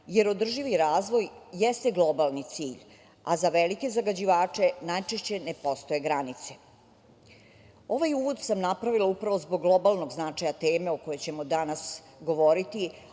jer održivi razvoj jeste globalni cilj, a za velike zagađivače najčešće ne postoje granice. Ovaj uvod sam napravila upravo zbog globalnog značaja teme o kojoj ćemo danas govoriti,